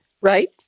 Right